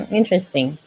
interesting